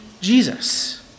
Jesus